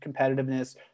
competitiveness